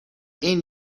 این